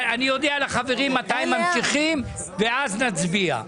אני אודיע לחברים מתי ממשיכים ואז נצביע.